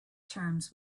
terms